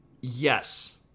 Yes